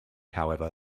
however